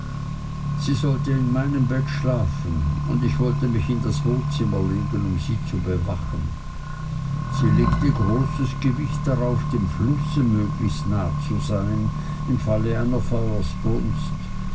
sie sollte in meinem bett schlafen und ich wollte mich in das wohnzimmer legen um sie zu bewachen sie legte großes gewicht darauf dem flusse möglichst nah zu sein im falle einer